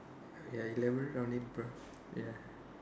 ya eleven around April ya